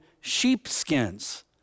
sheepskins